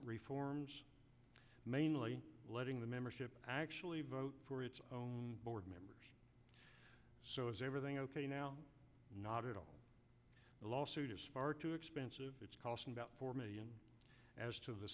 reforms mainly letting the membership actually vote for its own board members so is everything ok now not at all the lawsuit is far too expensive it's costing about four million as to the